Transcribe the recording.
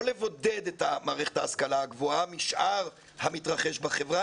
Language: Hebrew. לא לבודד את מערכת ההשכלה הגבוהה משאר המתרחש בחברה,